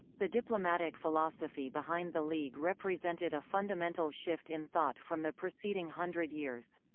the diplomatic philosophy behind the league represented a fundamental shift in thought from the preceding hundred years.